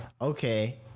okay